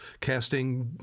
casting